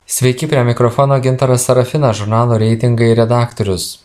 sveiki prie mikrofono gintaras serafinas žurnalo reitingai redaktorius